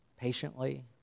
patiently